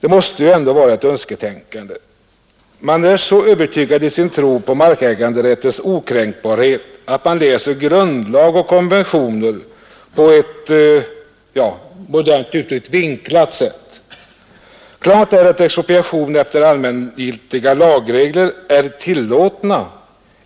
Det måste ändå vara ett önsketänkande. Man är så övertygad i sin tro på markäganderättens okränkbarhet att man läser grundlag och konventioner på ett, modernt uttryck, vinklat sätt. Klart är att expropriation efter allmängiltiga lagregler är tillåten